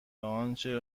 آنچه